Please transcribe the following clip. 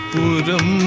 Puram